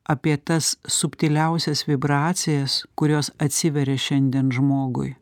apie tas subtiliausias vibracijas kurios atsiveria šiandien žmogui